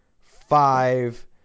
five